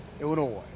Illinois